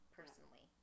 personally